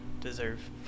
deserve